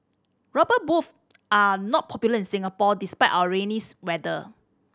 rubber boot are not popular in Singapore despite our rainy's weather